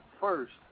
first